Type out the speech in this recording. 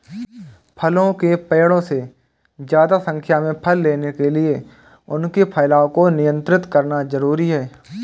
फलों के पेड़ों से ज्यादा संख्या में फल लेने के लिए उनके फैलाव को नयन्त्रित करना जरुरी है